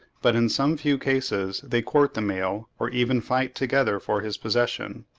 but in some few cases they court the male, or even fight together for his possession.